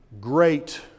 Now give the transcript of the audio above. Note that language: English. great